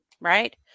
right